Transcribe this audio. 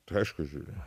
tai aišku žiūriu